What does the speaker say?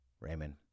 Raymond